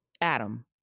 Adam